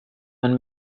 man